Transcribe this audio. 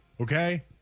Okay